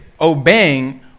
obeying